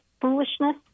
foolishness